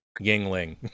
yingling